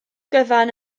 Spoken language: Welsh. gyfan